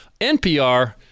NPR